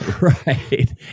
Right